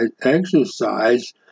exercise